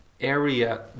area